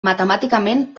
matemàticament